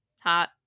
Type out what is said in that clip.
hot